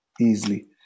easily